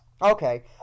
Okay